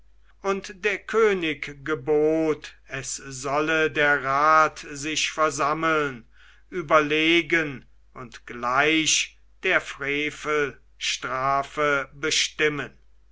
und der könig gebot es solle der rat sich versammeln überlegen und gleich der frevel strafe bestimmen